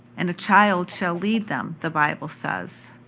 and a child shall lead them, the bible says.